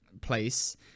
place